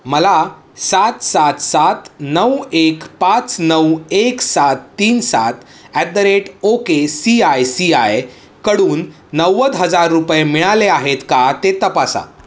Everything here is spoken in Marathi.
मला सात सात सात नऊ एक पाच नऊ एक सात तीन सात at the rate O K C I C I कडून नव्वद हजार रुपये मिळाले आहेत का ते तपासा